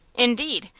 indeed!